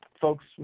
folks